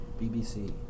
BBC